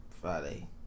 Friday